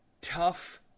tough